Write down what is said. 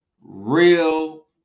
real